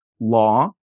law